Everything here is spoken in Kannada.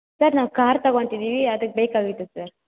ಸರ್ ನಾವು ಕಾರ್ ತಗೊತಿದಿವಿ ಅದಕ್ಕೆ ಬೇಕಾಗಿತ್ತು ಸರ್